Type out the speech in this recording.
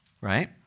right